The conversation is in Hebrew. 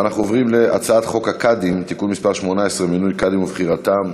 אנחנו עוברים להצעת חוק הקאדים (תיקון מס' 18) (מינוי קאדים ובחירתם),